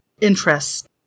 interest